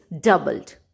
doubled